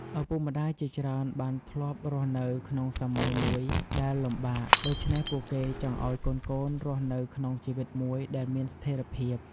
ឪពុកម្ដាយជាច្រើនបានធ្លាប់រស់នៅក្នុងសម័យមួយដែលលំបាក ដូច្នេះពួកគេចង់ឱ្យកូនៗរស់នៅក្នុងជីវិតមួយដែលមានស្ថេរភាព។